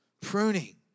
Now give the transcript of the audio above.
pruning